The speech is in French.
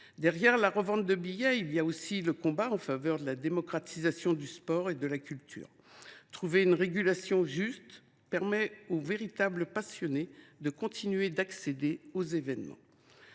Derrière la revente de billets, il y a aussi le combat en faveur de la démocratisation du sport et de la culture. Une régulation juste permettrait aux véritables passionnés de continuer d’accéder aux événements.